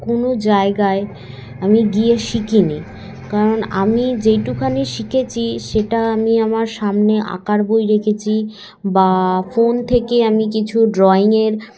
কোনো জায়গায় আমি গিয়ে শিখিনি কারণ আমি যেইটুখানি শিখেছি সেটা আমি আমার সামনে আঁকার বই রেখেছি বা ফোন থেকে আমি কিছু ড্রয়িংয়ের